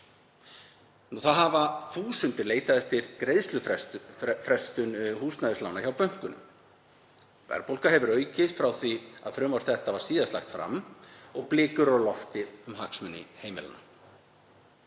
Þá hafa þúsundir leitað eftir greiðslufrestunum húsnæðislána hjá bönkunum. Verðbólga hefur aukist frá því að frumvarp þetta var síðast lagt fram og blikur eru á lofti um hagsmuni heimilanna.